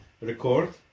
record